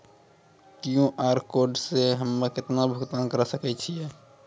QR code से हम्मय केतना भुगतान करे सके छियै?